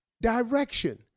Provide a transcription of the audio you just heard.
direction